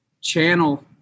channel